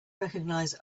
recognize